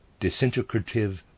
disintegrative